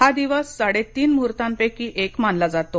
हा दिवस साडेतीन मुहूर्तांपैकी एक मानला जातो